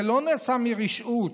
זה לא נעשה מרשעות,